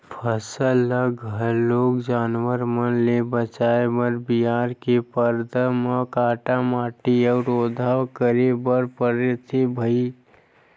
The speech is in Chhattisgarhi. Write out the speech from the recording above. फसल ल घलोक जानवर मन ले बचाए बर बियारा के परदा म काटा माटी अउ ओधा करे बर परथे भइर